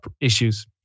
issues